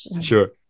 Sure